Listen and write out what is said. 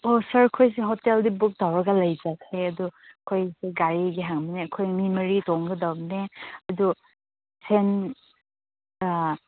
ꯑꯣ ꯁꯥꯔ ꯑꯩꯈꯣꯏꯁꯦ ꯍꯣꯇꯦꯜꯗꯤ ꯕꯨꯛ ꯇꯧꯔꯒ ꯂꯩꯖꯈ꯭ꯔꯦ ꯑꯗꯨ ꯑꯩꯈꯣꯏꯁꯦ ꯒꯥꯔꯤꯒꯤ ꯍꯪꯕꯅꯦ ꯑꯩꯈꯣꯏ ꯃꯤ ꯃꯔꯤ ꯇꯣꯡꯒꯗꯧꯕꯅꯦ ꯑꯗꯨ ꯁꯦꯟ